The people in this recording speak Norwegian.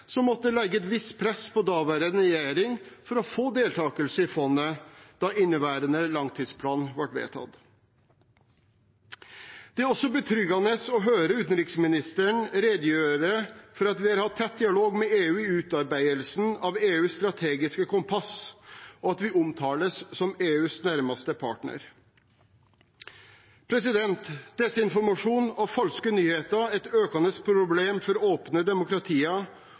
som måtte legge et visst press på daværende regjering for å få deltakelse i fondet da inneværende langtidsplan ble vedtatt. Det er også betryggende å høre utenriksministeren redegjøre for at vi har hatt tett dialog med EU i utarbeidelsen av EUs strategiske kompass, og at vi omtales som EUs nærmeste partner. Desinformasjon og falske nyheter er et økende problem for åpne